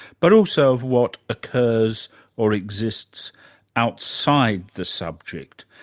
but also of what occurs or exists outside the subject.